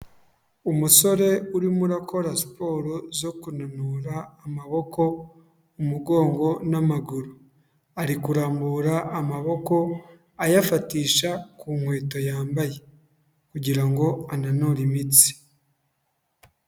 Umusore urimo urakora siporo zo kunanura amaboko, umugongo n'amaguru, ari kurambura amaboko ayafatisha ku nkweto yambaye kugira ngo ananure imitsi.